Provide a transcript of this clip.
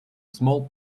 small